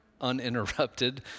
uninterrupted